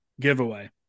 giveaway